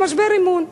הוא משבר אמון.